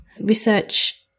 Research